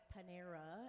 Panera